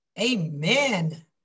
Amen